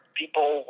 people